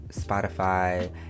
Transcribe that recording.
Spotify